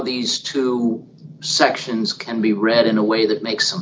these two sections can be read in a way that makes